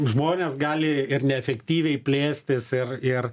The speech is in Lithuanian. žmonės gali ir neefektyviai plėstis ir ir